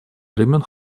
времен